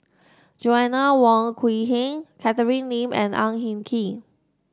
Joanna Wong Quee Heng Catherine Lim and Ang Hin Kee